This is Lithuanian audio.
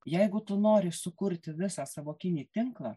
jeigu tu nori sukurti visą sąvokinį tinklą